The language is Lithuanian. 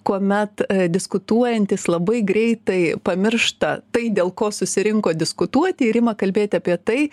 kuomet diskutuojantys labai greitai pamiršta tai dėl ko susirinko diskutuoti ir ima kalbėti apie tai